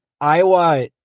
Iowa